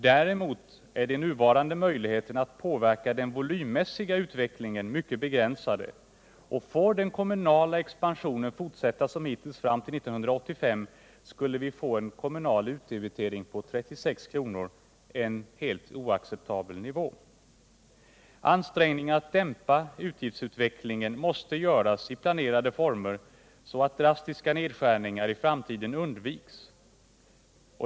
Däremot är de nuvarande möjligheterna att påverka den volymmässiga utvecklingen mycket begränsade, och får den kommunala expansionen fortsätta som hittills fram till 1985 skulle vi få en kommunal utdebitering på 36 kr. — en helt oacceptabel nivå. Ansträngningar att dämpa utgiftsutvecklingen måste göras i planerade former, så att drastiska nedskärningar i framtiden undviks.